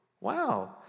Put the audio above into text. wow